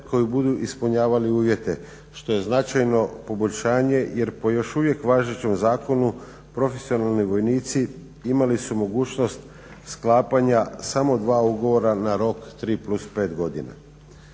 koji budu ispunjavali uvjete što je značajno poboljšanje jer po još uvijek važećem zakonu profesionalni vojnici imali su mogućnost sklapanja samo dva ugovora na rok 3+5 godina.